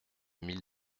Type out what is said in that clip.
mille